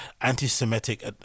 anti-Semitic